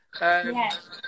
Yes